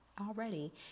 already